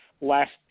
last